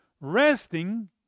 Resting